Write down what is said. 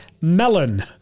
melon